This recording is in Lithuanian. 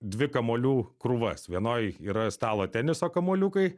dvi kamuolių krūvas vienoj yra stalo teniso kamuoliukai